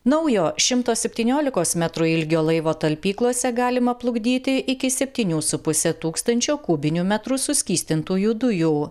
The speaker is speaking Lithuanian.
naujo šimto septyniolikos metrų ilgio laivo talpyklose galima plukdyti iki septynių su puse tūkstančio kubinių metrų suskystintųjų dujų